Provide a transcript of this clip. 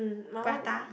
prata